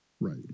right